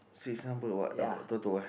six number what uh Toto eh